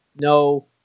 no